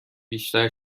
بیشتر